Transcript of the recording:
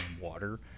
water